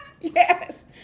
yes